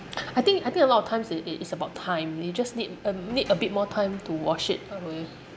I think I think a lot of times it it is about time you just need a need a bit more time to wash it away